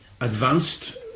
Advanced